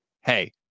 hey